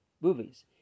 movies